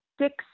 six